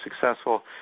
successful